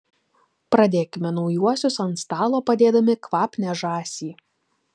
pradėkime naujuosius ant stalo padėdami kvapnią žąsį